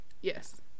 Yes